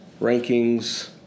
rankings